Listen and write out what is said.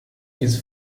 his